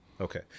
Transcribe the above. Okay